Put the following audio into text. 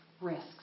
risks